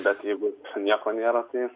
bet jeigu nieko nėra tai